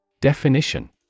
Definition